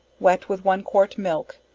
wet with one quart milk,